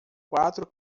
quatro